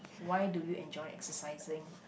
why do you enjoy exercising